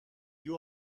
you